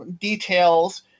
details